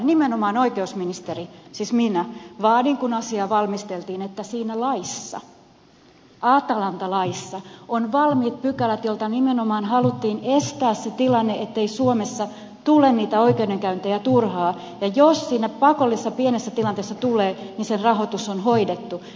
nimenomaan oikeusministeri siis minä vaadin kun asiaa valmisteltiin että siinä laissa atalanta laissa on valmiit pykälät joilla nimenomaan haluttiin estää se tilanne ettei suomessa tule niitä oikeudenkäyntejä turhaan ja jos siinä pakollisessa pienessä tilanteessa tulee niin sen rahoitus on hoidettu